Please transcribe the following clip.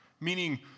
Meaning